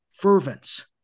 fervence